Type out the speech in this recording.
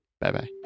Bye-bye